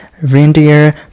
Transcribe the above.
reindeer